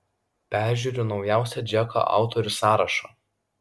peržiūriu naujausią džeko autorių sąrašą